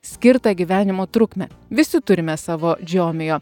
skirtą gyvenimo trukmę visi turime savo džiomijo